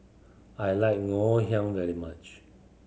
I like Ngoh Hiang very much